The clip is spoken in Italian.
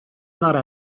andare